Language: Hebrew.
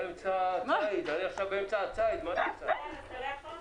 אני לא מצליחה